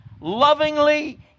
lovingly